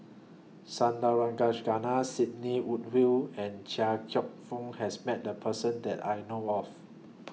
Sandrasegaran Sidney Woodhull and Chia Cheong Fook has Met The Person that I know of